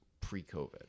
pre-COVID